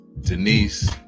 Denise